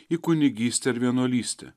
į kunigystę ar vienuolystę